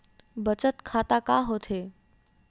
बचत खाता का होथे?